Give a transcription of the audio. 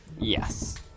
Yes